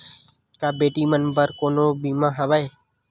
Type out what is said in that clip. का बेटी मन बर कोनो बीमा हवय?